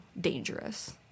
dangerous